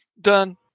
done